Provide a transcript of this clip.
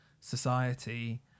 society